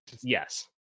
Yes